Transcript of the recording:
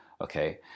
Okay